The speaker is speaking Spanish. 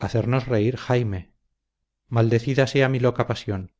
hacernos reír jaime maldecida sea mi loca pasión